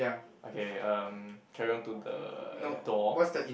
okay um carry on to the door